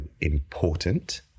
important